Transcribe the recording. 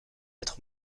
être